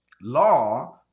law